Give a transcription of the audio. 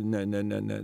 ne ne ne ne